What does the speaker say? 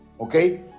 Okay